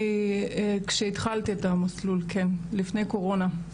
כשהתחלת את המסלול, כן, לפני קורונה.